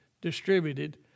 distributed